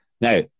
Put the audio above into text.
Now